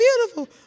beautiful